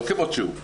לא כמות שהוא.